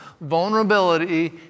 vulnerability